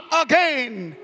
again